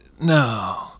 no